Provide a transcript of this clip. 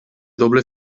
doble